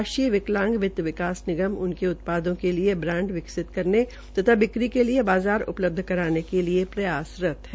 राष्ट्रीय विकलांग वित्त विकास इनके उत्पादों के लिए ब्रांड विकसित करने तथा बिक्री के लिये बाज़ार उपलब्ध कराने के लिए प्रयासरत है